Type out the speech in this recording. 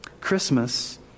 Christmas